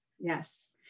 Yes